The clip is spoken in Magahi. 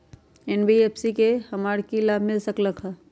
एन.बी.एफ.सी से हमार की की लाभ मिल सक?